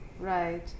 Right